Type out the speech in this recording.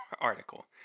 article